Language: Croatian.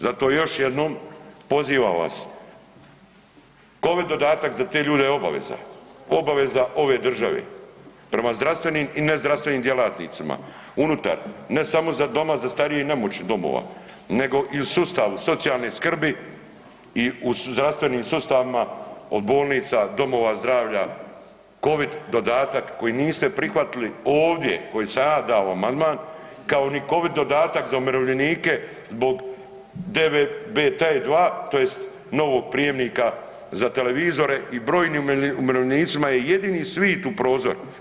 Zato još jednom pozivam vas COVID dodatak za te ljude je obaveza, obaveza ove države prema zdravstvenim i nezdravstvenim djelatnicima unutar ne samo doma za starije i nemoćne domova, nego i u sustavu socijalne skrbi i u zdravstvenim sustavima od bolnica, domova zdravlja COVID dodatak koji niste prihvatili ovdje koji sam ja dao amandman kao ni COVID dodatak za umirovljenike zbog DVBT2 tj. novog prijemnika za televizore i brojnim umirovljenicima je jedini svijet u prozor.